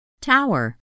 Tower